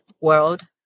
world